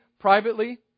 privately